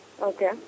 Okay